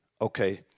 Okay